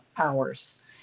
hours